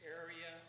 area